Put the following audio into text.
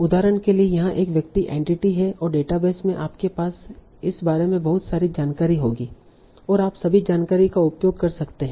उदाहरण के लिए यहाँ एक व्यक्ति एंटिटी है और डेटाबेस में आपके पास इस बारे में बहुत सारी जानकारी होगी और आप सभी जानकारी का उपयोग कर सकते हैं